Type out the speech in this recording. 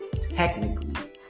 Technically